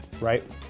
right